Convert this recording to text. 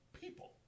people